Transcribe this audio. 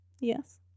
Yes